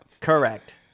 Correct